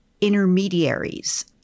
intermediaries